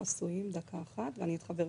נתונים שאני לא יכולה לשלוף אני לא שולפת.